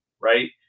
right